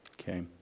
Okay